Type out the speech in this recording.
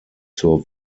zur